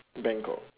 bangkok